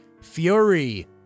Fury